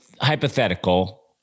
hypothetical